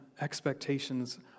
expectations